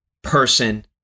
person